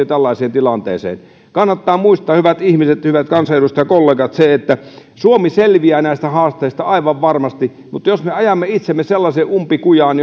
tällaiseen tilanteeseen kannattaa muistaa hyvät ihmiset hyvät kansanedustajakollegat se että suomi selviää näistä haasteista aivan varmasti mutta jos me ajamme itsemme sellaiseen umpikujaan